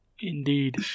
Indeed